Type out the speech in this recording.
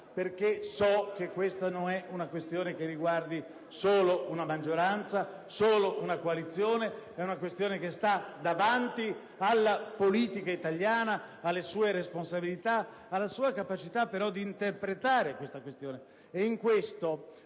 perché so che non è una questione che riguarda solo una maggioranza, solo una coalizione: è una questione che sta davanti alla politica italiana e alle sue responsabilità, alla sua capacità di interpretare questa questione.